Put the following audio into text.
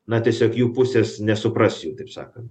na tiesiog jų pusės nesupras jų taip sakant